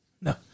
No